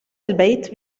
البيت